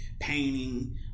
painting